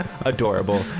adorable